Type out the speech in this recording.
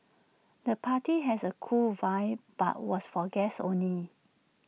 the party has A cool vibe but was for guests only